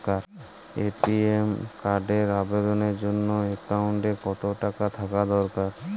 ATM কার্ডের আবেদনের জন্য অ্যাকাউন্টে কতো টাকা থাকা দরকার?